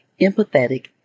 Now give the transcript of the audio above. empathetic